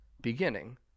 beginning